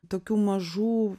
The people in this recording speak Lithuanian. tokių mažų